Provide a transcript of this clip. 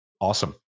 Awesome